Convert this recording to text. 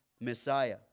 Messiah